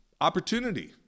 opportunity